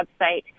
website